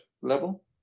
level